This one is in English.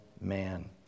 man